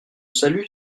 salue